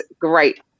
great